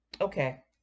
okay